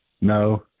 No